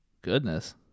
Goodness